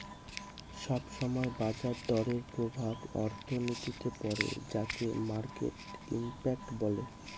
সব সময় বাজার দরের প্রভাব অর্থনীতিতে পড়ে যাকে মার্কেট ইমপ্যাক্ট বলে